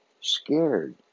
scared